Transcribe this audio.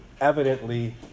evidently